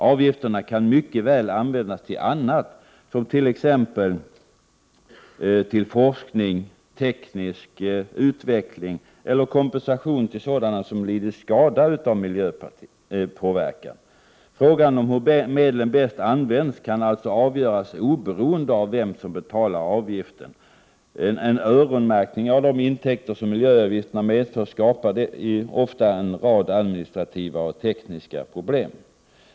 Avgifterna kan mycket väl användas till annat, t.ex. forskning, teknisk utveckling eller kompensation till sådana som lidit skada av miljöpåverkan. Frågan hur medlen bäst används kan alltså avgöras oberoende av vem som betalar avgiften. En öronmärkning av de intäkter som miljöavgifterna medför skapar ofta en rad administrativa och tekniska problem.